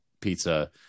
Pizza